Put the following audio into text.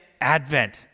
advent